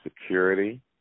security